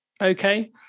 okay